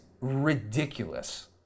ridiculous